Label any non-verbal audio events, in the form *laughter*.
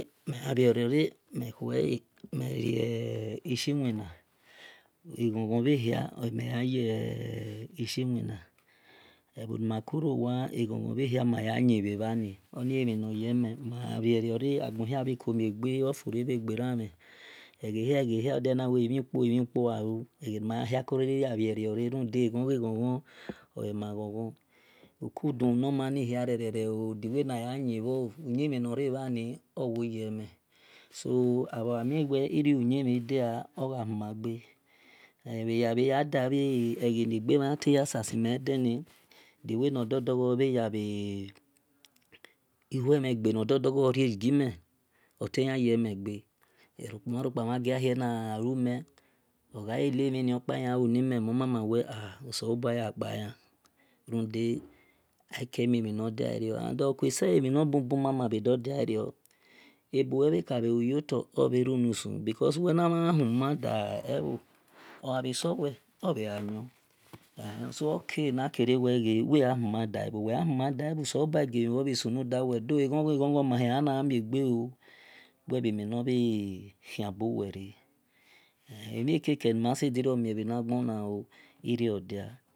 Mel gha bhe riore mhel kuele mel rie *hesitation* egho gho behia mel ah zishi wina ebho ni ma hia koya rebba eghon ghon bhe hia oe mako yarrbha oni emhi noryeme oghabie riore agbon bia bhe ko mie ghe bhegberan mhieghehia odiawe wmhiu kpoemhiiu kpo ogha lu egbe nimahia kiriri ya bhiw rore rundu eghon ghe ghon oe ma ghon ghon ukuduwa nor mami bia rere ooo di way na yayin bha uyin mhin nor re bhanani owoyeme abho ghamie wel irui uyimhi dia ogha huma gbe ogha bhe dia bhe gje negbe mhan ya sa sa mel edeni di nor way nor *hesitation* ihue mjenghe nor dorgjo dogjo bje yabrie nimeh oleyan yeme gbe omhanrokpa mhan gia hie na lume ogha e ne mihini kpa ila lu nimhe mho mel ah osolobua ya ksa yan run de ake mie mhi nor diarior dey emhi nor bubu bhe dor diarior ebuueka bhe lu yotor obhe re nusu becaus wel mhana gha hume da ebho ogja bhe sowel onhe gha yon emhie keke na sabhe mie bhe naghona gha hume da ebho ogha bhe sowel obhe gha yon emhie leke na sabje mie bhe naghona oo irio ordia